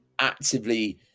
actively